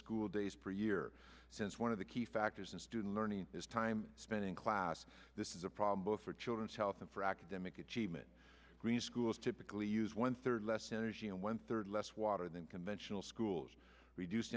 school days per year since one of the key factors in student learning is time spent in class this is a problem both for children's health and for academic achievement green schools typically use one third less energy and one third less water than conventional schools reduce